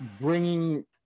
bringing